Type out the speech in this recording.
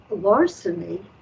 larceny